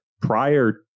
Prior